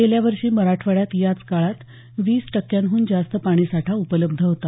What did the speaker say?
गेल्या वर्षी मराठवाड्यात याच काळात वीस टक्क्यांहून जास्त पाणीसाठा उपलब्ध होता